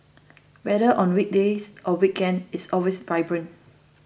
either on weekdays or weekend it is always vibrant